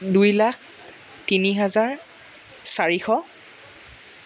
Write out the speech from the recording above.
দুই লাখ তিনি হাজাৰ চাৰিশ